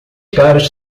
caras